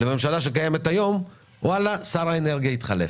לממשלה שקיימת היום שר האנרגיה התחלף,